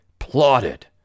Plotted